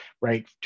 right